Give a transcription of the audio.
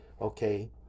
Okay